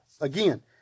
again